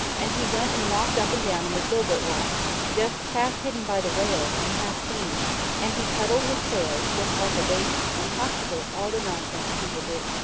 and he went and walked up and down in the filbert walk just half-hidden by the rails, and half-seen and he cuddled his pillow, just like a baby, and talked to it all the nonsense people do.